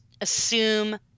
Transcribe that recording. assume